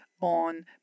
on